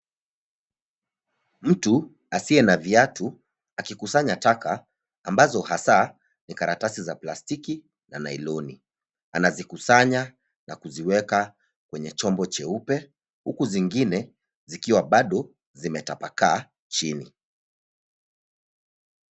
Mtu asiye na viatu akikusanya taka ambazo hasa ni karatasi za plastiki na nailoni. Anazikusanya na kuziweka kwenye chombo cheupe huku zingine zikiwa bado zimetapakaa chini.